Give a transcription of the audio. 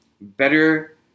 better